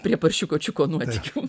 prie paršiuko čiuko nuotykių